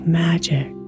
magic